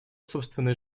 собственной